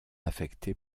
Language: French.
affectée